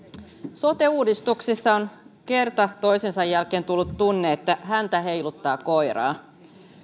sote uudistuksessa on kerta toisensa jälkeen tullut tunne että häntä heiluttaa koiraa